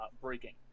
breaking